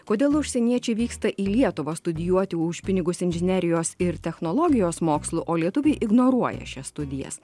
kodėl užsieniečiai vyksta į lietuvą studijuoti už pinigus inžinerijos ir technologijos mokslų o lietuviai ignoruoja šias studijas